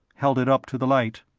held it up to the light.